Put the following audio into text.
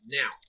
now